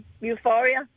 Euphoria